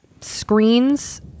screens